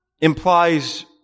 implies